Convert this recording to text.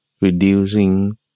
reducing